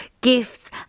gifts